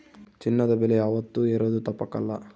ಚಿನ್ನದ ಬೆಲೆ ಯಾವಾತ್ತೂ ಏರೋದು ತಪ್ಪಕಲ್ಲ